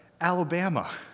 Alabama